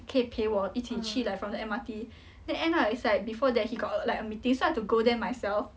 可以陪我一起去 like from the M_R_T then end lah it's like before that he got like a meeting I have go there myself